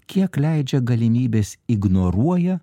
kiek leidžia galimybės ignoruoja